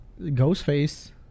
Ghostface